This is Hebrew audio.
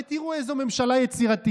הרי תראו איזו ממשלה יצירתית: